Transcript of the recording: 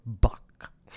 buck